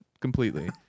completely